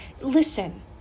Listen